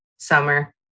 summer